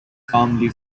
calmly